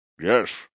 Yes